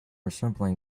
assembling